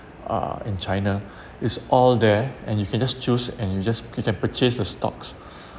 uh in china it's all there and you can just choose and you just you can purchase the stocks